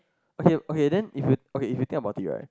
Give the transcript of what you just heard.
okay okay then if you okay if you think about it right